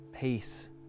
peace